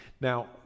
now